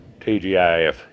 TGIF